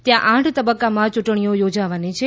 ત્યાં આઠ તબક્કામાં યૂંટણીઓ યોજાવાની છે